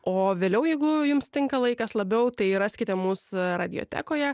o vėliau jeigu jums tinka laikas labiau tai raskite mūs radiotekoje